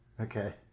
Okay